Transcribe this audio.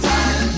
Time